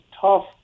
tough